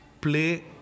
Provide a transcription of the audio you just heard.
play